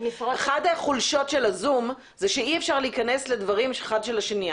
אחת החולשות של הזום זה שאי-אפשר להיכנס לדברים אחד של השני,